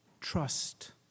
Trust